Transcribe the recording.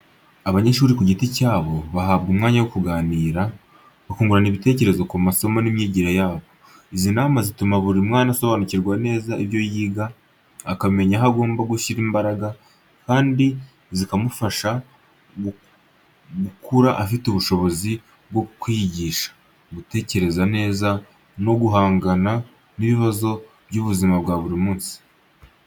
Abanyeshuri ku giti cyabo bahabwa umwanya wo kuganira, bakungurana ibitekerezo ku masomo n’imyigire yabo. Izi nama zituma buri mwana asobanukirwa neza ibyo yiga, akamenya aho agomba gushyira imbaraga kandi zikamufasha gukura afite ubushobozi bwo kwiyigisha, gutekereza neza no guhangana n’ibibazo by’ubuzima bwa buri munsi.